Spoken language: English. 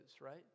right